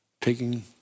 taking